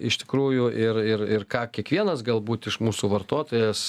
iš tikrųjų ir ir ir ką kiekvienas galbūt iš mūsų vartotojas